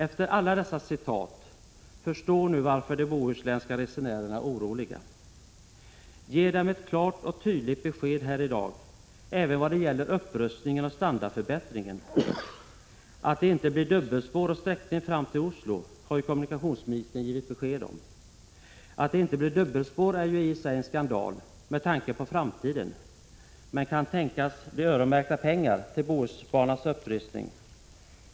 Efter alla dessa referat, inse nu varför de bohuslänska resenärerna är oroliga! Ge dem ett klart och tydligt besked här i dag, även vad gäller upprustningen och standardförbättringen! Att det inte blir dubbelspår och en sträckning fram till Oslo har ju kommunikationsministern givit besked om. Att det inte blir dubbelspår är i sig en skandal med tanke på framtiden, men kan det tänkas bli öronmärkta pengar till Bohusbanans upprustning?